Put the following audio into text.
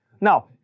Now